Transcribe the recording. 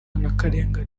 n’akarengane